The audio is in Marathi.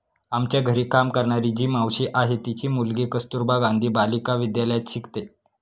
आमच्या घरी काम करणारी जी मावशी आहे, तिची मुलगी कस्तुरबा गांधी बालिका विद्यालयात शिकते